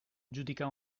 giudica